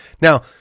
Now